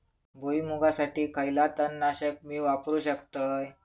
भुईमुगासाठी खयला तण नाशक मी वापरू शकतय?